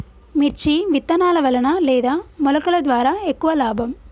మిర్చి విత్తనాల వలన లేదా మొలకల ద్వారా ఎక్కువ లాభం?